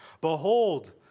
Behold